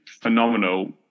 phenomenal